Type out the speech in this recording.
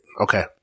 Okay